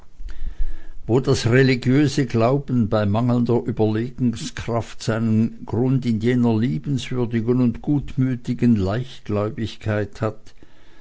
wo das religiöse glauben bei mangelnder überlegungskraft seinen grund in jener liebenswürdigen und gutmütigen leichtgläubigkeit hat